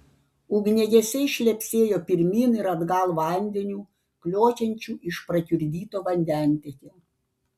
ugniagesiai šlepsėjo pirmyn ir atgal vandeniu kliokiančiu iš prakiurdyto vandentiekio